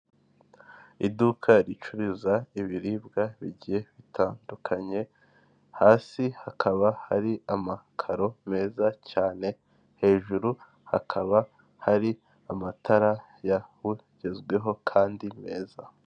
Iduka ricuruza ibiribwa bigiye bitandukanye hasi hakaba hari amakaro meza cyane, hejuru hakaba hari amatara yabugezweho kandi meza.